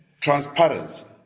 transparency